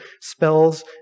spells